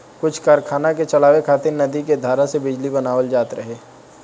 कुछ कारखाना के चलावे खातिर नदी के धारा से बिजली बनावल जात रहे